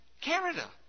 Canada